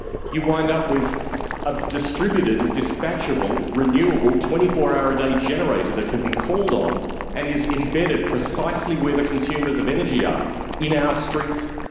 you wind up with a distributed, dispatchable, renewable, twenty four hour a day generator that can be called on and is embedded precisely where the consumers of energy are in our ah streets,